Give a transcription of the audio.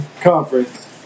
Conference